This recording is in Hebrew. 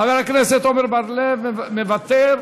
חבר הכנסת עמר בר-לב, מוותר,